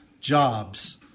jobs